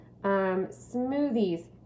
smoothies